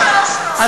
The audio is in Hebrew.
אני עוד לא התחלתי.